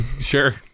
Sure